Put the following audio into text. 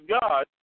God